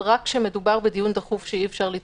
אבל רק כשמדובר בדיון דחוף שלא ניתן לדחותו,